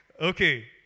Okay